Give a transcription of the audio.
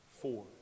Four